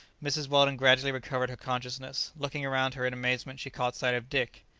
mrs. weldon gradually recovered her consciousness. looking around her in amazement she caught sight of dick.